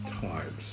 times